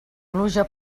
pluja